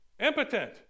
impotent